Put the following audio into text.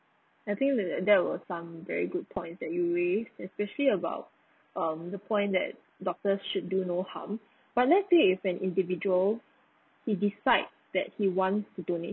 I think will that that were some very good points that you raise especially about um the point that doctors should do no harm but let's say if an individual he decide that he wants to donate